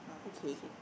oh same